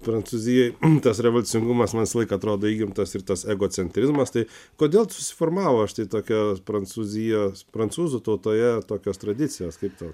prancūzijoj tas revoliucingumas man visą laiką atrodo įgimtas ir tas egocentrizmas tai kodėl susiformavo štai tai tokia prancūzijos prancūzų tautoje tokios tradicijos kaip tau